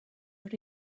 were